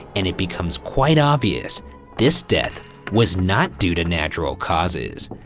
and it becomes quite obvious this death was not due to natural causes.